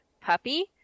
Puppy